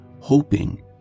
hoping